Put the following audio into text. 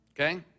okay